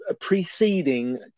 preceding